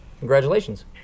Congratulations